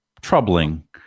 troubling